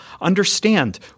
Understand